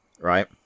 right